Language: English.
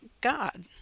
God